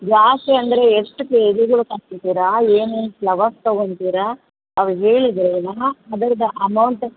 ಜಾಸ್ತಿ ಅಂದರೆ ಎಷ್ಟು ಕೆ ಜಿದು ತರ್ಸಿದ್ದೀರಾ ಏನು ಏನು ಫ್ಲವರ್ಸ್ ತಗೊಂತೀರಾ ಅವು ಹೇಳಿದರೆ ನಾ ಅದ್ರ್ದು ಅಮೌಂಟ್